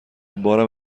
بارم